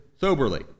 soberly